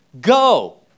go